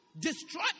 Destroy